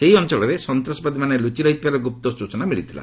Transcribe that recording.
ସେହି ଅଞ୍ଚଳରେ ସନ୍ତାସବାଦୀମାନେ ଲୁଚି ରହିଥିବାର ଗୁପ୍ତ ସୂଚନା ମିଳିଥିଲା